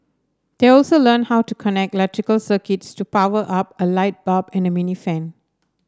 they also learnt how to connect electrical circuits to power up a light bulb and a mini fan